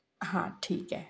हां ठीक आहे